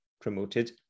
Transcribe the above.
promoted